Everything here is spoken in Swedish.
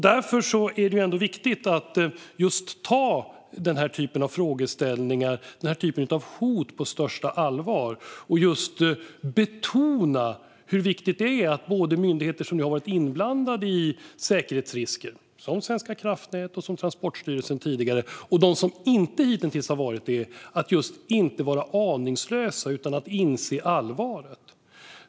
Det är ändå viktigt att ta den här typen av frågeställningar och hot på största allvar och betona hur viktigt det är att myndigheter inte är aningslösa. Det gäller både myndigheter som har varit inblandade i säkerhetsrisker, som Svenska kraftnät och Transportstyrelsen, och myndigheter som hittills inte har varit det. De måste inse allvaret.